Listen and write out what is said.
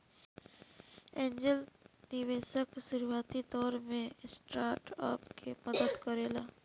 angel निवेशक शुरुआती दौर में स्टार्टअप के मदद करेला